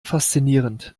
faszinierend